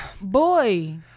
Boy